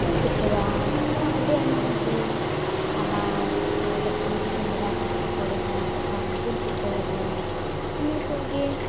ᱫᱩᱞ ᱯᱤᱴᱷᱟᱹᱭᱟ ᱱᱚᱶᱟ ᱟᱹᱰᱤ ᱟᱭᱢᱟ ᱜᱮ ᱟᱵᱟᱨ ᱱᱚᱜᱼᱚᱭ ᱡᱚᱠᱷᱚᱱ ᱥᱮᱸᱫᱽᱨᱟ ᱠᱟᱨᱠᱟ ᱠᱚᱨᱮ ᱦᱚᱸ ᱡᱚᱠᱷᱚᱱ ᱡᱤᱞ ᱯᱤᱴᱷᱟᱹᱭᱟᱵᱚᱱ ᱤᱱᱟᱹ ᱠᱩᱪ ᱜᱮ